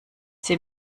sie